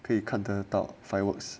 可以看得到 fireworks